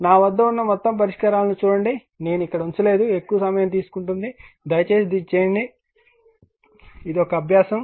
నా వద్ద ఉన్న మొత్తం పరిష్కారాలను చూడండి కానీ నేను ఇక్కడ ఉంచలేదు ఎక్కువ సమయం తీసుకుంటుంది దయచేసి దీన్ని చేయండి ఇది ఒక అభ్యాసం